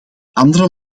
andere